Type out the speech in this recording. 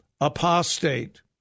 apostate